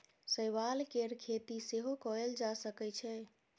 शैवाल केर खेती सेहो कएल जा सकै छै